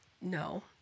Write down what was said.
No